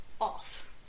off